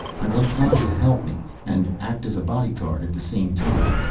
i want someone to help me and act as a bodyguard at the same time.